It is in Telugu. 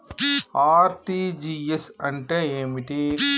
ఆర్.టి.జి.ఎస్ అంటే ఏమిటి?